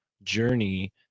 journey